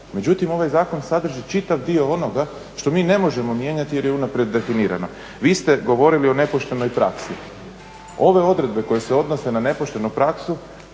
Međutim, ovaj zakon sadrži čitav dio onoga što mi ne možemo mijenjati jer je unaprijed definirano. Vi ste govorili o nepoštenoj praksi. Ove odredbe koje se odnose na nepoštenu praksu